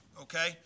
Okay